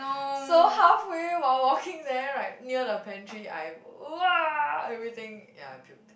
so halfway while walking there right near the pantry I !wah! everything ya I puked